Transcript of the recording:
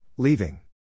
Leaving